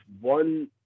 One